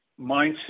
mindset